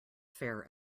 fair